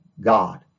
God